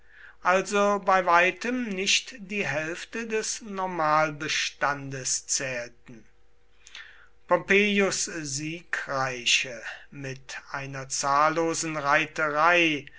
also bei weitem nicht die hälfte des normalbestandes zählten pompeius siegreiche mit einer zahllosen reiterei